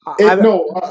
no